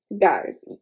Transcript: guys